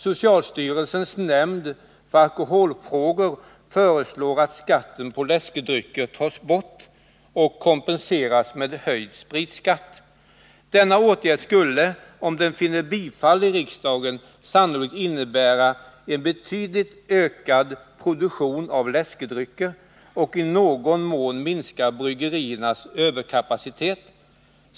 Socialstyrelsens nämnd för alkoholfrågor föreslår att skatten på läskedrycker skall tas bort och kompenseras med höjd spritskatt. Denna åtgärd skulle, om den vinner bifall i riksdagen, sannolikt innebära en betydligt ökad produktion av läskedrycker och i någon mån en minskning av bryggeriernas överkapacitet.